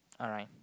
alright